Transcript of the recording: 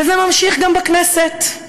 וזה ממשיך גם בכנסת.